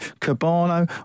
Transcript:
Cabano